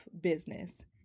business